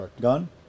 gun